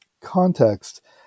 context